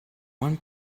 one